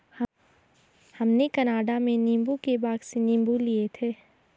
हमने कनाडा में नींबू के बाग से नींबू लिए थे